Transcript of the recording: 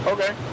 Okay